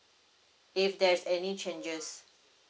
if there's any changes